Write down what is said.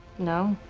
no.